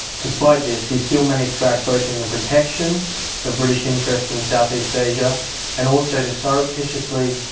despite this he still managed to act both in the protection of british interests in south east asia and also to surreptitiously